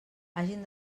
hagin